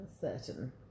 certain